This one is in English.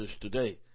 today